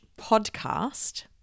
podcast